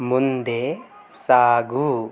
ಮುಂದೆ ಸಾಗು